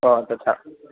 हो तथा